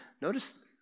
notice